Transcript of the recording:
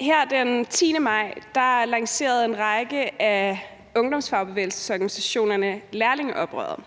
Her den 10. maj lancerede en række af ungdomsfagbevægelsens organisationer lærlingeoprøret,